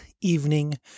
evening